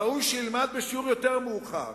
ראוי שילמד בשיעור יותר מאוחר,